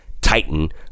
titan